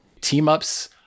Team-ups